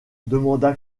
demanda